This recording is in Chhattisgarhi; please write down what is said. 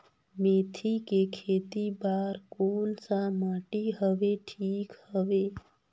मेथी के खेती बार कोन सा माटी हवे ठीक हवे?